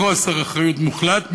בחוסר אחריות מוחלט,